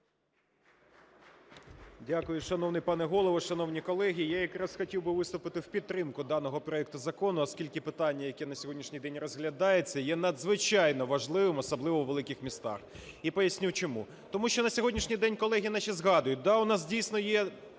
Дякую. Шановний пане Голово, шановні колеги, я якраз хотів би виступити в підтримку даного проекту закону, оскільки питання, яке на сьогоднішній день розглядається, є надзвичайно важливим, особливо у великих містах, і поясню чому. Тому що на сьогоднішній день колеги наші згадують, да, у нас, дійсно, є